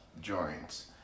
joints